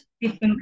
different